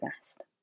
rest